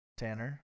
Tanner